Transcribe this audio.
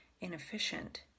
inefficient